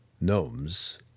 Gnomes